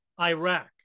Iraq